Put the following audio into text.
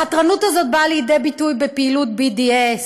החתרנות הזאת באה לידי ביטוי בפעילות BDS,